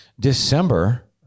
December